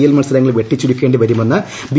L മത്സരങ്ങൾ വെട്ടിച്ചുരുക്കേണ്ടി വരുമെന്ന് ബി